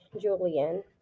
Julian